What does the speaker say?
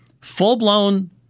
full-blown